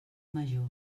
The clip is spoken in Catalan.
major